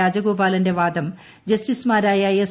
രാജഗോപാലന്റെ വാദം ജസ്റ്റിസുമാരായ എസ്